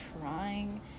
trying